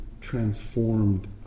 transformed